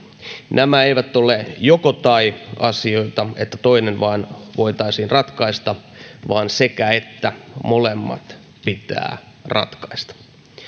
nämä eivät ole joko tai asioita niin että vain toinen voitaisiin ratkaista vaan sekä että molemmat pitää ratkaista